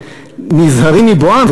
מפניהן ונזהרים מבואן,